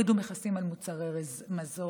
הורידו מכסים על מוצרי מזון,